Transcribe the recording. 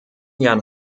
jahren